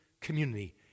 community